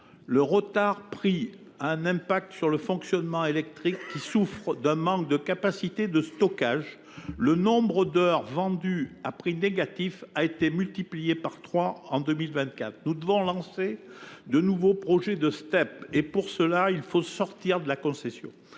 la matière a un impact sur le fonctionnement électrique, qui souffre d’un manque de capacité de stockage. Le nombre d’heures vendues à prix négatif a été multiplié par trois en 2024. Nous devons donc lancer de nouveaux projets de Step. Mais, pour ce faire, il faut sortir de la concession.